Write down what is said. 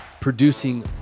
producing